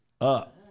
up